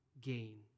gain